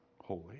holy